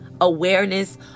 awareness